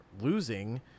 losing